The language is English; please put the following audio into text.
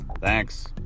Thanks